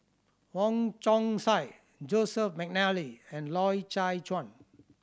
Wong Chong Sai Joseph McNally and Loy Chye Chuan